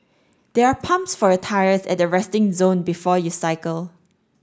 there are pumps for your tyres at the resting zone before you cycle